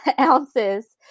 ounces